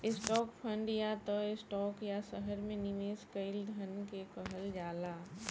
stock fund या त stock या शहर में निवेश कईल धन के कहल जाला